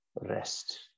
rest